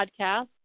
podcast